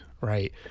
Right